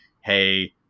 Hey